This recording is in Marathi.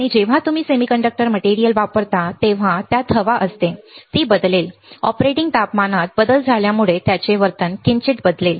आणि जेव्हा तुम्ही सेमीकंडक्टर मटेरियल वापरता तेव्हा त्यात हवा असते ती बदलेल ऑपरेटिंग तापमानात बदल झाल्यामुळे त्याचे वर्तन किंचित बदलेल